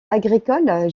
agricoles